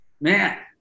Man